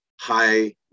high